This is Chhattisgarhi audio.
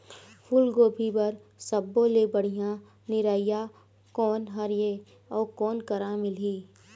फूलगोभी बर सब्बो ले बढ़िया निरैया कोन हर ये अउ कोन करा मिलही?